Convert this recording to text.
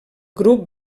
grup